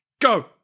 go